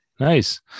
Nice